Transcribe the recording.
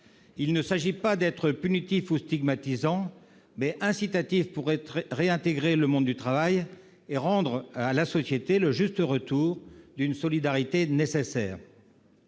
Il s'agit non pas d'être punitif ou stigmatisant, mais d'inciter à réintégrer le monde du travail et d'assurer à la société le juste retour d'une solidarité nécessaire.